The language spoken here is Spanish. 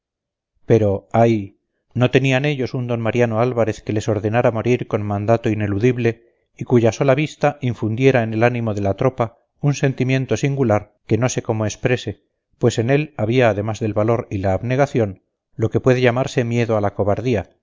pero ay no tenían ellos un d mariano álvarez que les ordenara morir con mandato ineludible y cuya sola vista infundiera en el ánimo de la tropa un sentimiento singular que no sé cómo exprese pues en él había además del valor y la abnegación lo que puede llamarse miedo a la cobardía